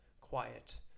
quiet